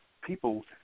people